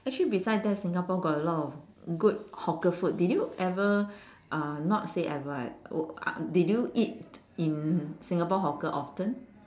actually besides that singapore got a lot of good hawker food did you ever uh not say ever uh oh ah did you eat in singapore hawker often